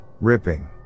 ripping